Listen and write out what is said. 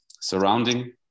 surrounding